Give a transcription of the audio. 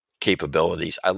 Capabilities